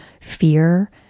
fear